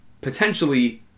potentially